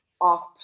off